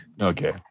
Okay